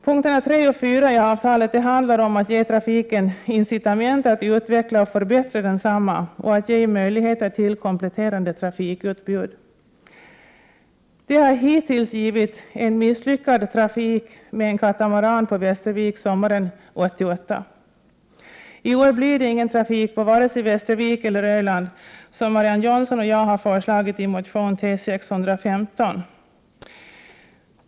Punkterna 3 och 4 i avtalet handlar om att ge incitament att utveckla och förbättra trafiken, och att ge möjligheter till kompletterande trafikutbud. Det har hittills resulterat i en misslyckad trafik med en katamaran på Västervik sommaren 1988. I år blir det ingen trafik på vare sig Västervik eller Öland — som Marianne Jönsson och jag föreslagit i motion T615.